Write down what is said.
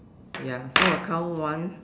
ya so I count one